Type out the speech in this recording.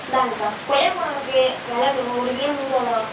இந்தாங்கக்கா கொய்யாப் பழம் இருக்கு வெலை ஒரு கிலோ நூறுரூவா தான்